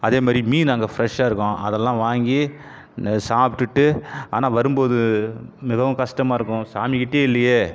அதேமாதிரி மீன் அங்கே ஃப்ரெஷ்ஷாக இருக்கும் அதெல்லாம் வாங்கி ந சாப்பிட்டுட்டு ஆனால் வரும்போது மிகவும் கஷ்டமா இருக்கும் சாமிக்கிட்டேயே இல்லையே